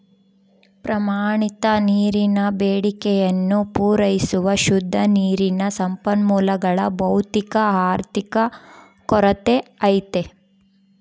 ಪ್ರಮಾಣಿತ ನೀರಿನ ಬೇಡಿಕೆಯನ್ನು ಪೂರೈಸುವ ಶುದ್ಧ ನೀರಿನ ಸಂಪನ್ಮೂಲಗಳ ಭೌತಿಕ ಆರ್ಥಿಕ ಕೊರತೆ ಐತೆ